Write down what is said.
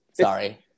Sorry